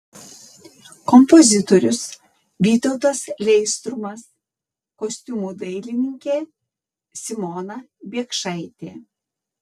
kompozitorius vytautas leistrumas kostiumų dailininkė simona biekšaitė